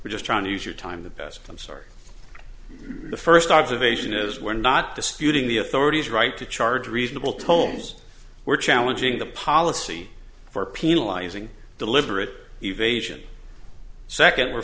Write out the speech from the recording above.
we're just trying to use your time the best i'm sorry the first observation is we're not disputing the authorities right to charge reasonable tones we're challenging the policy for penalizing deliberate evasion second we're